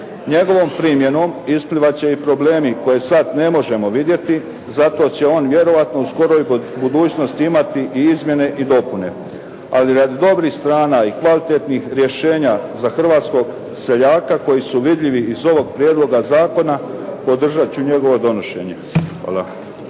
Njegovom primjenom isplivat će i problemi koje sada ne možemo vidjeti, zato će on vjerojatno u skoroj budućnosti imati i izmjene i dopune. Ali radi dobrih strana i kvalitetnih rješenja za hrvatskog seljaka koji su vidljivi iz ovog prijedloga zakona, podržat ću njegovo donošenje. Hvala.